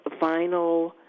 vinyl